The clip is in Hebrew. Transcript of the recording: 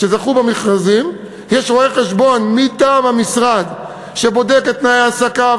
שזכו במכרזים יש רואה-חשבון מטעם המשרד שבודק את תנאי ההעסקה,